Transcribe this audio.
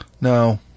No